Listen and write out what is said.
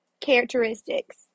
characteristics